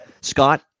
Scott